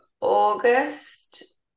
August